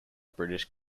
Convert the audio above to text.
british